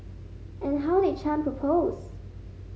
and how did Chan propose